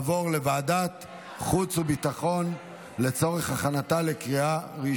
לוועדת חוץ וביטחון התקבלה.